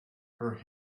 her